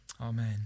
Amen